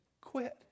quit